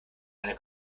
eine